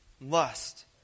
lust